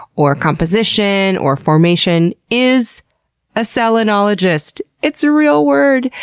or composition, or formation is a selenologist. it's a real word!